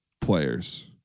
players